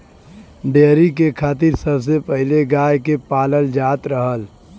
dairy के खातिर सबसे पहिले गाय के पालल जात रहल